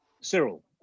Cyril